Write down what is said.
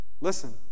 Listen